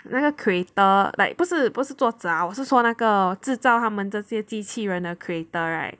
那个 creator like 不是不是作者啊我是说那个制造他们这些机器人的 creator right